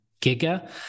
Giga